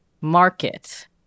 market